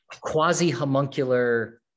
quasi-homuncular